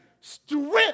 strength